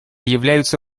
являются